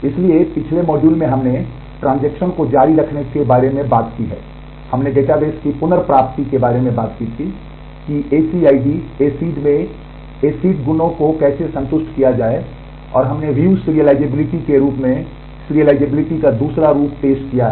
इसलिए पिछले मॉड्यूल में हमने ट्रांजेक्शन के रूप में सीरियलाइज़िबिलिटी का दूसरा रूप पेश किया है